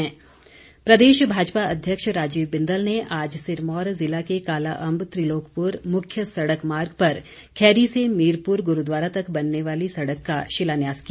बिंदल प्रदेश भाजपा अध्यक्ष राजीव बिंदल ने आज सिरमौर जिला के कालाअम्ब त्रिलोकपुर मुख्य सड़क मार्ग पर खैरी से मीरपुर गुरूद्वारा तक बनने वाली सड़क का शिलान्यास किया